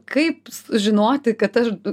kaip žinoti kad aš